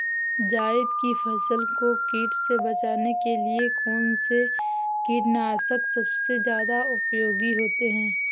जायद की फसल को कीट से बचाने के लिए कौन से कीटनाशक सबसे ज्यादा उपयोगी होती है?